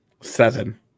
Seven